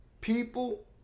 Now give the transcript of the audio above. people